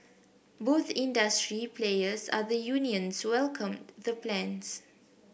both industry players and the unions welcomed the plans